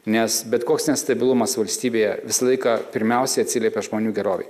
nes bet koks nestabilumas valstybėje visą laiką pirmiausiai atsiliepia žmonių gerovei